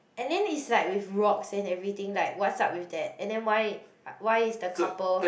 and then is like with rock sand anything like what's up with that and then why why is the couple